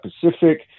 Pacific